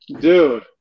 dude